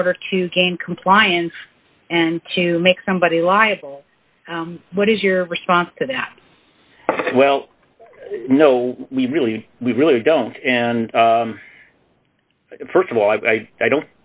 in order to gain compliance and to make somebody liable what is your response to that well no we really we really don't and first of all i don't